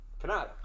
Canada